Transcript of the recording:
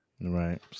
Right